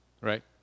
right